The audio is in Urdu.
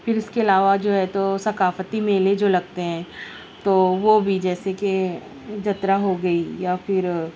پھر اس کے علاوہ جو ہے تو ثقافتی میلے جو لگتے ہیں تو وہ بھی جیسے کہ جترا ہو گئی یا پھر